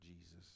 Jesus